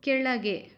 ಕೆಳಗೆ